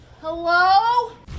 Hello